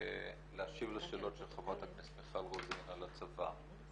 להשיב לשאלות של חברת הכנסת מיכל רוזין על הצבא.